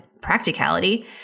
practicality